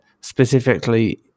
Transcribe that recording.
specifically